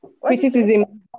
Criticism